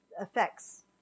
effects